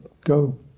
go